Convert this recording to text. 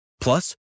Plus